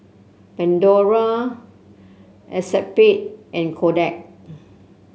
Pandora Acexspade and Kodak